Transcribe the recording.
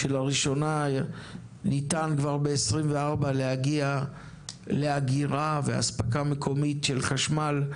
כשלראשונה ניתן להגיע כבר ב-2024 לאגירה ולאספקה מקומית של חשמל.